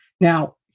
Now